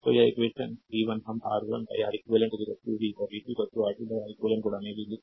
slide time देखें 2112 तो यह इक्वेशन v 1 हम R1 R eq v और v 2 R2 R eq v लिख सकते हैं